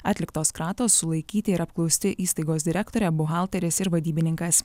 atliktos kratos sulaikyti ir apklausti įstaigos direktorė buhalteris ir vadybininkas